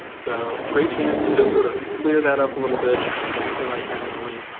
so great chance to just sort of clear that up a little bit. it's exactly like having a link.